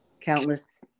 countless